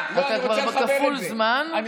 אתה הולך לגיור, שנייה, שנייה.